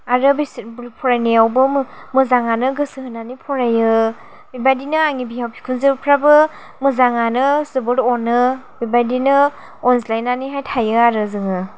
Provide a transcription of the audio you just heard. आरो बिसोर फरायनायावबो मोजाङानो गोसो होनानै फरायो बेबायदिनो आंनि बिहाव बिखुनजोफ्राबो मोजाङानो जोबोर अनो बेबायदिनो अनज्लायनानैहाय थायो आरो जोङो